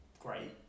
great